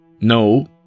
No